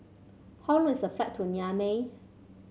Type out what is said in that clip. how long is the flight to Niamey